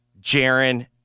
Jaron